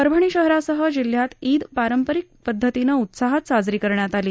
परभणी शहरासह जिल्ह्यात ईद पारंपरिक पदधतीनं उत्साहात साजरी करण्यात आली